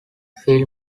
film